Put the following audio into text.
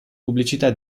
pubblicità